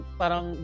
parang